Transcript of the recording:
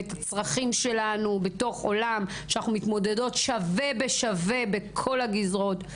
וצרכים שלנו בתוך עולם שאנחנו מתמודדות שווה בשווה בכל הגזרות,